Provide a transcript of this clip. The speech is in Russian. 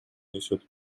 несет